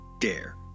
dare